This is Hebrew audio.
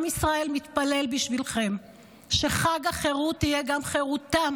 עם ישראל מתפלל בשבילכם שחג החירות יהיה גם חירותם